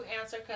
answer